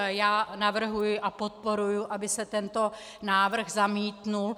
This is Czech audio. Já navrhuji a podporuji, aby se tento návrh zamítl.